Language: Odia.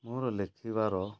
ମୋର ଲେଖିବାର